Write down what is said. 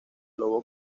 lobo